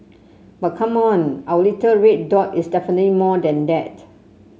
but come on our little red dot is definitely more than that